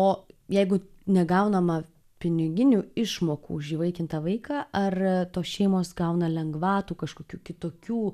o jeigu negaunama piniginių išmokų už įvaikintą vaiką ar tos šeimos gauna lengvatų kažkokių kitokių